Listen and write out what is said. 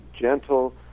gentle